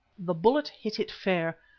the bullet hit it fair,